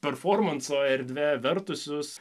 performanso erdve vertusius